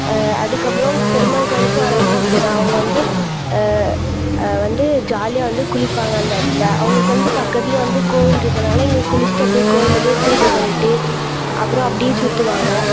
அதுக்கப்புறம் பெருமாள் கோயிலுக்கு வரவர்களும் அப்படித்தான் அவங்க வந்து வந்து ஜாலியாக வந்து குளிப்பாங்க அந்த இடத்துல அவங்களுக்கு வந்து பக்கத்துலேயே வந்து கோவில் இருக்கிறனால இங்கே குளிச்சுட்டு அப்படியே கோயிலில் போய் பூஜை பண்ணிவிட்டு அப்புறம் அப்படியே சுற்றுவாங்க